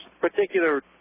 particular